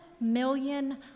million